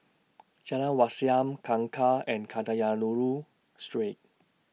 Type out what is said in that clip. Jalan Wat Siam Kangkar and Kadayanallur Street